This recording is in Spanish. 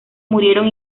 murieron